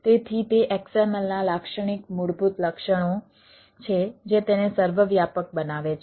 તેથી તે XML નાં લાક્ષણિક મૂળભૂત લક્ષણો છે જે તેને સર્વવ્યાપક બનાવે છે